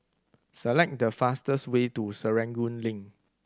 select the fastest way to Serangoon Link